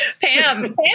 Pam